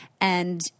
And-